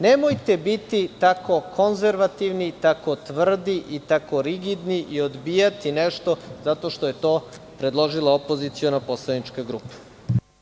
Nemojte biti tako konzervativni, tako tvrdi i tako rigidni i odbijati nešto zato što je to predložila opoziciona poslanička grupa.